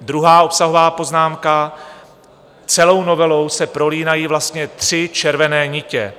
Druhá obsahová poznámka: Celou novelou se prolínají vlastně tři červené nitě.